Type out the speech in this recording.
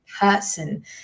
person